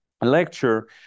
lecture